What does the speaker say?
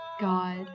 God